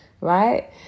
right